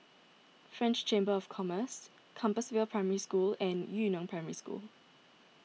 French Chamber of Commerce Compassvale Primary School and Yu Neng Primary School